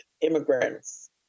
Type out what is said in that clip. immigrants